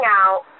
out